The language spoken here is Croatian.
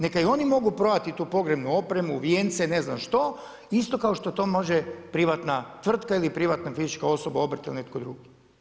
Neka i oni mogu prodati tu pogrebnu opremu, vijence, ne znam što isto kao što to može privatna tvrtka ili privatna fizička osoba obrt ili netko drugi.